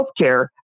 healthcare